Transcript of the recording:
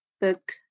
book